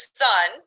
son